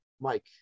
mike